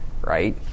right